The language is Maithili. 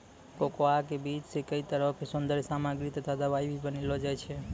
कोकोआ के बीज सॅ कई तरह के सौन्दर्य सामग्री तथा दवाई भी बनैलो जाय छै